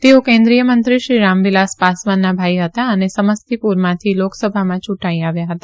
તેઓ કેન્દ્રીય મંત્રી શ્રી રામ વિલાસ પાસવાનના ભાઈ હતા અને સમસ્તીપુરમાંથી લોકસભામાં ચુંટાઈ આવ્યા હતા